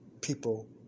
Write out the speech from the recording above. People